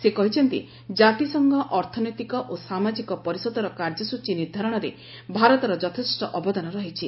ସେ କହିଛନ୍ତି ଜାତିସଂଘ ଅର୍ଥନୈତିକ ଓ ସାମାଜିକ ପରିଷଦର କାର୍ଯ୍ୟସୂଚୀ ନିର୍ଦ୍ଧାରଣରେ ଭାରତର ଯଥେଷ୍ଟ ଅବଦାନ ରହିଛି